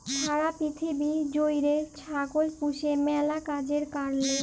ছারা পিথিবী জ্যুইড়ে ছাগল পুষে ম্যালা কাজের কারলে